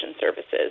services